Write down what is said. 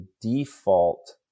default